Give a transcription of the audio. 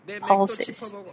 pulses